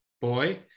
boy